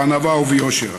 בענווה וביושר.